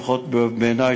לפחות בעיני,